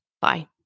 Bye